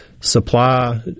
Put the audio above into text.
supply